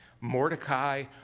Mordecai